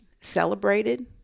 celebrated